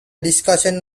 discussion